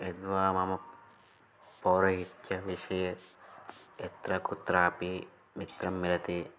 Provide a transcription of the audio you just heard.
यद्वा मम पौरोहित्यविषये यत्र कुत्रापि मित्रं मिलति